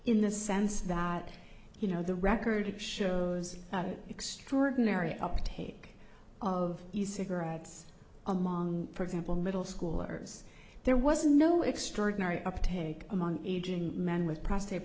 in the sense that you know the record shows extraordinary uptake of cigarettes among for example middle schoolers there was no extraordinary uptake among men with prostate